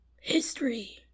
history